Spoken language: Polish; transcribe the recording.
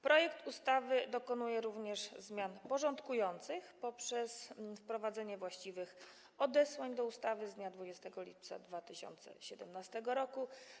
Projekt ustawy dokonuje również zmian porządkujących poprzez wprowadzenie właściwych odesłań do ustawy z dnia 20 lipca 2017 r.